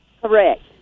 Correct